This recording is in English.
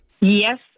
Yes